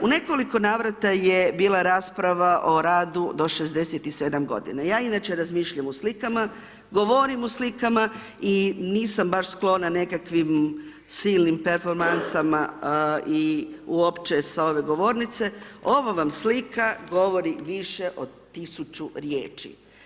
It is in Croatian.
U nekoliko navrata je bila rasprava o radu do 67 g. Ja inače razmišljam u slikama, govorim u slikama i nisam baš sklona nekakvim silnim performansama s ove govornice, ova vam slika govori više od 1000 riječi.